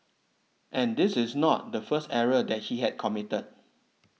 and this is not the first error that he had committed